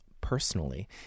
personally